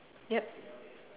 yup